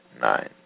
nine